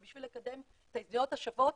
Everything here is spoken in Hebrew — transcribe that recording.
ובשביל לקדם את ההזדמנויות השוות